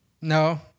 No